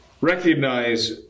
recognize